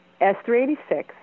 S-386